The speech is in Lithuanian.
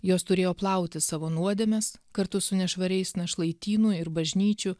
jos turėjo plauti savo nuodėmes kartu su nešvariais našlaitynų ir bažnyčių